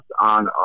on